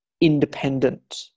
independent